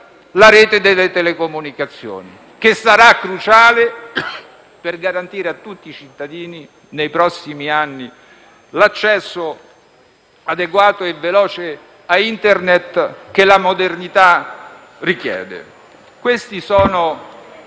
la rete delle telecomunicazioni, che sarà cruciale per garantire a tutti i cittadini nei prossimi anni quell'accesso adeguato e veloce a Internet che la modernità richiede. Questi sono